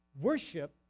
Worship